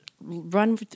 run